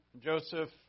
Joseph